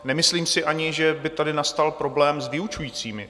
Nemyslím si ani, že by tady nastal problém s vyučujícími.